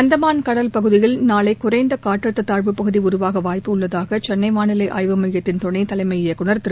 அந்தமாள் கடல் பகுதியில் நாளை குறைந்த தாழ்வுப்பகுதி உருவாக வாய்ப்புள்ளதாக சென்ளை வாளிலை ஆய்வுமையத்திள துணை தலைமை இயக்குநர் திரு